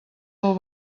del